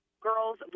girl's